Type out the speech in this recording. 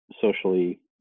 socially